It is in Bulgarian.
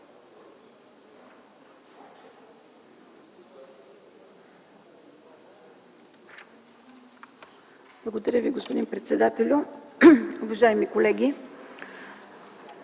Благодаря Ви, господин председателю. Уважаеми колеги,